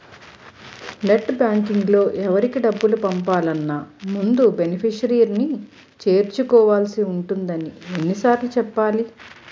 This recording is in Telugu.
నెట్ బాంకింగ్లో ఎవరికి డబ్బులు పంపాలన్నా ముందు బెనిఫిషరీని చేర్చుకోవాల్సి ఉంటుందని ఎన్ని సార్లు చెప్పాలి